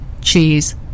cheese